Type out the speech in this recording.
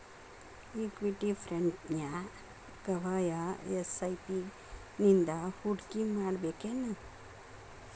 Equity ಫ್ರಂಟ್ನ್ಯಾಗ ವಾಯ SIP ನಿಂದಾ ಹೂಡ್ಕಿಮಾಡ್ಬೆಕೇನು?